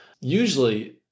Usually